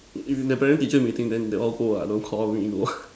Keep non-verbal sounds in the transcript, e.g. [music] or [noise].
if in the parent teacher meeting they all go ah don't Call me go [breath]